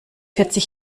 vierzig